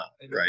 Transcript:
Right